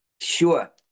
Sure